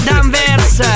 Danvers